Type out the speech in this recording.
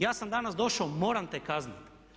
Ja sam danas došao, moram te kazniti.